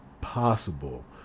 possible